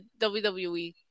wwe